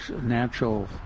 natural